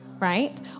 right